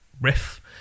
riff